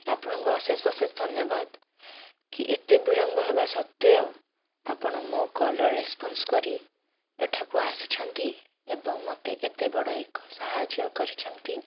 ଆପଣଙ୍କୁ ଅଶେଷ ଅଶେଷ ଧନ୍ୟବାଦ କି ଏତେ ବିଳମ୍ବ ହେବା ସତ୍ୱେ ଆପଣ ମୋ କଲ୍ ର ରେସପନ୍ସ କରି ଏଠାକୁ ଆସିଛନ୍ତି ଏବଂ ମୋତେ ଏତେ ବଡ଼ ଏକ ସାହାଯ୍ୟ କରିଛନ୍ତି